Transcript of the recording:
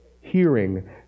Hearing